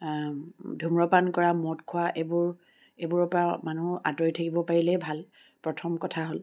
ধুম্ৰপান কৰা মদ খোৱা এইবোৰ এইবোৰৰ পৰা মানুহ আঁতৰি থাকিব পাৰিলেই ভাল প্ৰথম কথা হ'ল